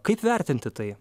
kaip vertinti tai